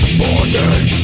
forging